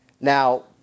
Now